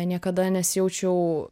niekada nesijaučiau